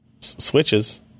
switches